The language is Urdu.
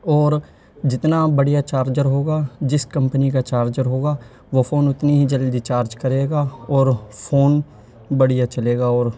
اور جتنا آپ بڑھیاں چارجر ہوگا جس کمپنی کا چارجر ہوگا وہ فون اتنے ہی جلدی چارج کرے گا اور فون بڑھیا چلے گا اور